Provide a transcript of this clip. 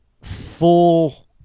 full